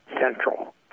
central